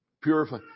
Purify